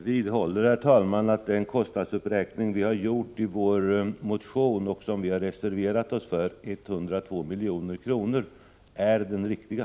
Herr talman! Jag vidhåller att den kostnadsuppräkning som vi har gjort i vår motion och reserverat oss för, 102 milj.kr., är den riktiga.